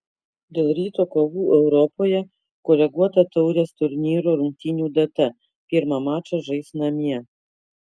dėl ryto kovų europoje koreguota taurės turnyro rungtynių data pirmą mačą žais namie